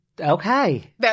Okay